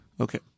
Okay